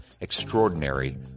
Extraordinary